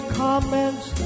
comments